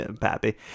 pappy